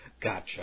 Gotcha